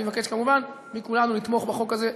אני מבקש כמובן מכולנו לתמוך בחוק הזה.